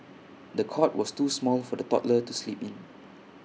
the cot was too small for the toddler to sleep in